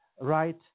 right